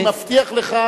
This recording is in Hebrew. אני מבטיח לך,